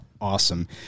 Awesome